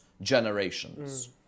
generations